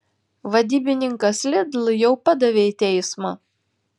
vadybininkas lidl jau padavė į teismą